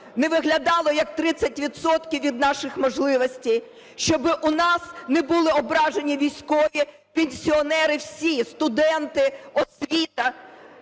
не виглядало як 30 відсотків від наших можливостей, щоби у нас не були ображені: військові, пенсіонери, всі, студенти, освіта,